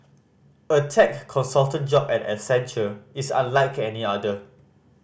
a tech consultant job at Accenture is unlike any other